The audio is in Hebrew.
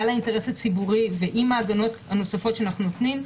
האינטרס הציבורי ועם ההגנות הנוספות שאנחנו נותנים,